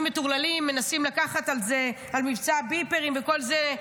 מטורללים מנסים לקחת קרדיט על מבצע הביפרים וכל זה,